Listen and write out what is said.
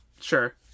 Sure